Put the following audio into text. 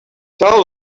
tell